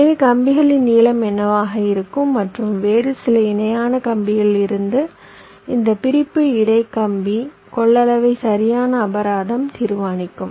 எனவே கம்பிகளின் நீளம் என்னவாக இருக்கும் மற்றும் வேறு சில இணையான கம்பியிலிருந்து இந்த பிரிப்பு இடை கம்பி கொள்ளளவை சரியான அபராதம் தீர்மானிக்கும்